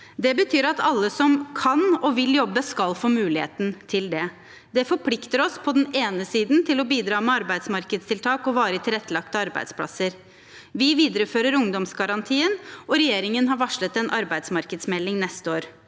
Det betyr at alle som kan og vil jobbe, skal få muligheten til det. Det forplikter oss på den ene siden til å bidra med arbeidsmarkedstiltak og varig tilrettelagte arbeidsplasser. Vi viderefører ungdomsgarantien, og regjeringen har varslet en arbeidsmarkedsmelding neste år.